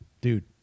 Dude